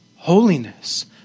Holiness